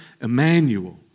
Emmanuel